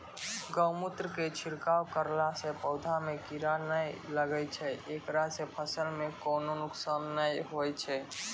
गोमुत्र के छिड़काव करला से पौधा मे कीड़ा नैय लागै छै ऐकरा से फसल मे कोनो नुकसान नैय होय छै?